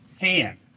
hand